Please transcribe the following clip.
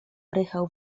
prychał